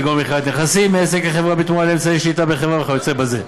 כגון מכירת נכסים מעסק לחברה בתמורה לאמצעי שליטה בחברה וכיוצא בזה.